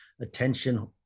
attention